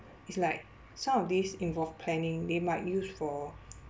it's like some of these involve planning they might use for